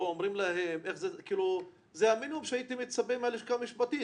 זה המינימום שהייתי מצפה מהלשכה המשפטית.